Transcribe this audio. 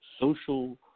social